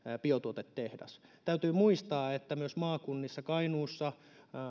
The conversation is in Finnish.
biotuotetehdas täytyy muistaa että myös maakunnissa kainuussa